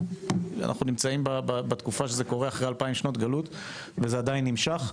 אנחנו נמצאים בתקופה שזה קורה אחרי 2,000 שנות גלות וזה עדיין נמשך,